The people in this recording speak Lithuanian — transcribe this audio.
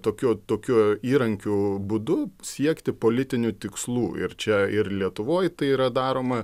tokiu tokiu įrankiu būdu siekti politinių tikslų ir čia ir lietuvoj tai yra daroma